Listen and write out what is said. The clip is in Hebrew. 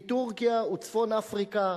מטורקיה וצפון אפריקה